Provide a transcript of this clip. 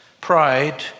pride